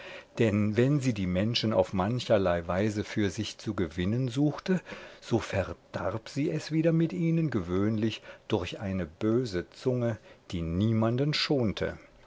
denn wenn sie die menschen auf mancherlei weise für sich zu gewinnen suchte so verdarb sie es wieder mit ihnen gewöhnlich durch eine böse zunge die niemanden schonte